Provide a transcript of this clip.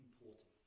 important